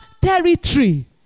territory